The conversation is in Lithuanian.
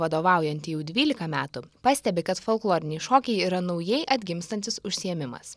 vadovaujanti jau dvylika metų pastebi kad folkloriniai šokiai yra naujai atgimstantis užsiėmimas